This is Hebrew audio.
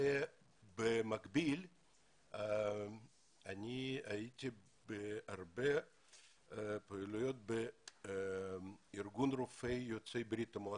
במקביל הייתי בהרבה פעילויות בארגון רופאי יוצאי ברית המועצות.